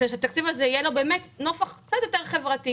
כדי שלתקציב הזה יהיה נופך קצת יותר חברתי,